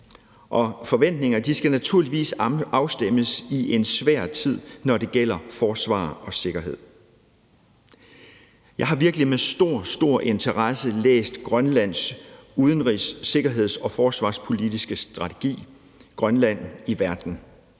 og forventninger skal naturligvis afstemmes i en svær tid, når det gælder forsvar og sikkerhed. Jeg har virkelig med stor, stor interesse læst Grønlands udenrigs-, sikkerheds- og forsvarspolitiske strategi »Grønland i Verden«,